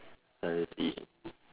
I see